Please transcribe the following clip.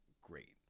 great